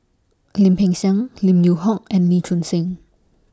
Lim Peng Siang Lim Yew Hock and Lee Choon Seng